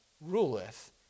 ruleth